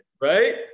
Right